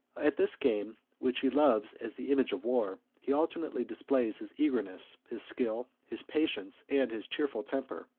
at this game, which he loves as the image of war, he alternately displays his eagerness, his skill, his patience, and his cheerful temper.